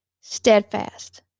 Steadfast